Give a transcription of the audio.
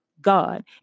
God